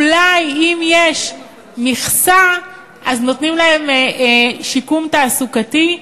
אולי, אם יש מכסה, אז נותנים להם שיקום תעסוקתי,